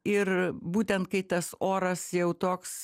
ir būtent kai tas oras jau toks